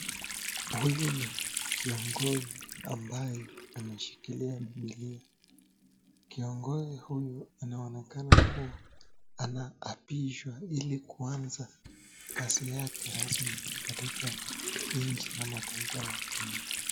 Huyu ni kiongozi, ambaye anashikilia bibilia. Kiongozi huyu anaonekana kuwa anaapishwa ili kuanza kazi yake rasmi, katika nchi ama taifa la Kenya.